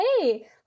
hey